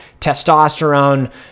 testosterone